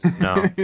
No